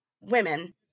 women